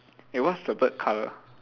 eh what's the bird colour